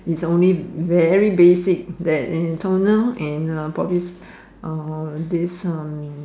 it's only very basic that it toner and uh probably this uh this um